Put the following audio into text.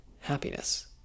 happiness